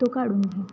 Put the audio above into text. तो काढून घ्या